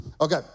Okay